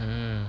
mmhmm